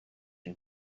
and